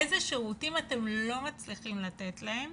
איזה שירותים אתם לא מצליחים לתת להם